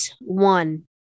one